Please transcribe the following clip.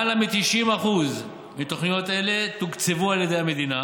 יותר מ-90% מתוכניות אלו תוקצבו על ידי המדינה,